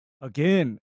again